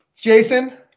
jason